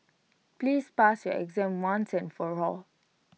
please pass your exam once and for all